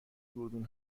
دوربین